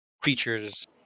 creatures